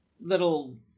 little